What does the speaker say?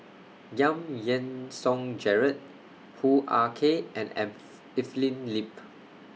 Giam Yean Song Gerald Hoo Ah Kay and Eve Evelyn Lip